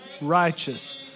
righteous